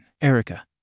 Erica